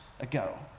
ago